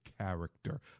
character